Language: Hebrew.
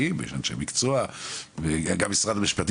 דרך אגב,